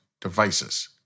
devices